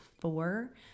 four